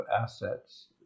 assets